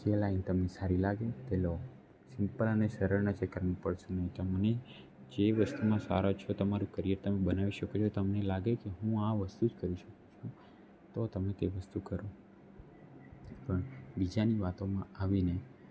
જે લાઇન તમને સારી લાગે તે લો સિમ્પલ અને સરળના ચકરમાં પડશો નહીં તમને જે વસ્તુમાં છો તમારું કરિયર તમે બનાવી શકો છો તમને લાગે કે હું આ વસ્તું જ કરી શકું છું તો તમે તે વસ્તું કરો પણ બીજાની વાતોમાં આવીને